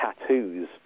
tattoos